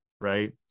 right